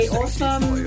awesome